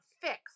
fix